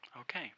Okay